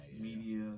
media